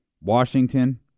Washington